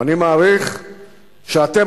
ואני מעריך שאתם,